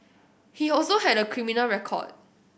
he also had a criminal record